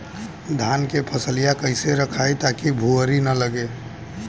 धान क फसलिया कईसे रखाई ताकि भुवरी न लगे?